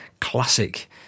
classic